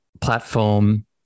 platform